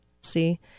See